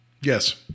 Yes